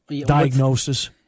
Diagnosis